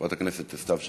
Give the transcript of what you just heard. חברת הכנסת סתיו שפיר,